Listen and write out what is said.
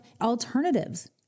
alternatives